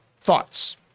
thoughts